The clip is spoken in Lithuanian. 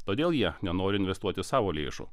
todėl jie nenori investuoti savo lėšų